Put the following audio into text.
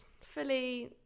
fully